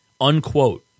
unquote